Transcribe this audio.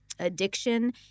Addiction